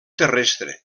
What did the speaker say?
terrestre